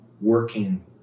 working